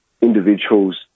individuals